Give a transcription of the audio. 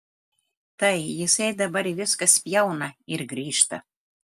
tai jisai dabar viską spjauna ir grįžta